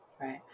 Right